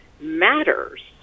matters